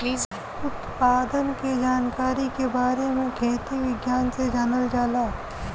उत्पादन के जानकारी के बारे में खेती विज्ञान से जानल जाला